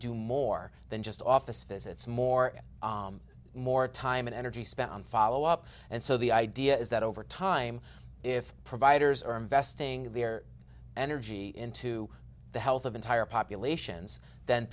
do more than just office visits more and more time and energy spent on follow up and so the idea is that over time if providers are investing their energy into the health of entire populations then